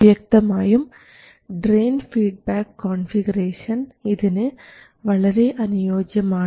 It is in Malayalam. വ്യക്തമായും ഡ്രയിൻ ഫീഡ്ബാക്ക് കോൺഫിഗറേഷൻ ഇതിന് വളരെ അനുയോജ്യമാണ്